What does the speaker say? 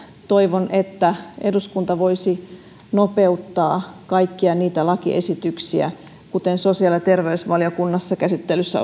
toivon että eduskunta voisi nopeuttaa kaikkia lakiesityksiä kuten sosiaali ja terveysvaliokunnassa käsittelyssä